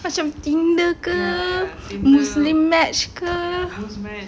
macam Tinder ke muslim match ke